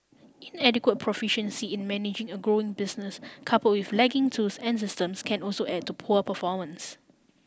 inadequate proficiency in managing a growing business couple with lagging tools and systems can also add to poor performance